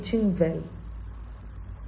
ആം teaching well അരിന്റ I